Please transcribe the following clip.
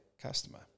customer